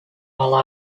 while